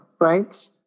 right